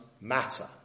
matter